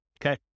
okay